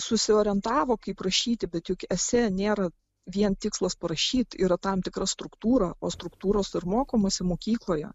susiorientavo kaip rašyti bet juk esė nėra vien tikslas parašyt yra tam tikra struktūra o struktūros ir mokomasi mokykloje